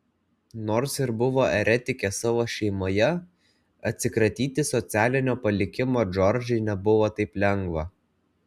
nors ir buvo eretikė savo šeimoje atsikratyti socialinio palikimo džordžai nebuvo taip lengva